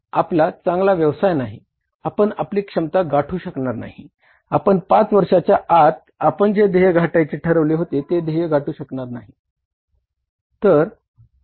आपला चांगला व्यवसाय नाही आपण आपली क्षमता गाठू शकणार नाही आपण पाच वर्षाच्या आत आपण जे ध्येय गाठायचे ठरवले होते ते ध्येय गाठू शकणार नाहीत